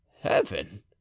heaven